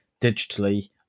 digitally